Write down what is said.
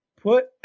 put –